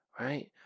right